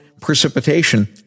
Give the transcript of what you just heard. precipitation